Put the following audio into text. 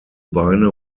beine